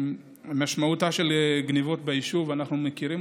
את המשמעות של גנבות ביישוב אנחנו מכירים.